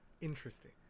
Interesting